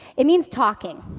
it means talking.